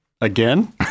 Again